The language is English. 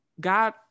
god